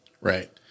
Right